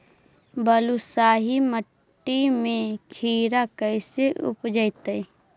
बालुसाहि मट्टी में खिरा कैसे उपजतै?